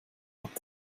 hat